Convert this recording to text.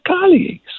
colleagues